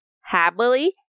happily